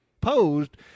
posed